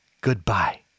goodbye